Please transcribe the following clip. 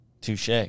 Touche